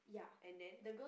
and then